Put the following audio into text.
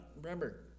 remember